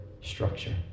structure